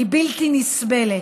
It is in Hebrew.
היא בלתי נסבלת.